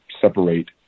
separate